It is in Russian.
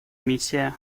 миссия